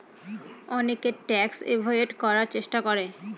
অনেকে tax avoid করার চেষ্টা করে